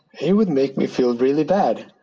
it would make me feel really bad.